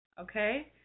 Okay